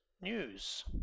News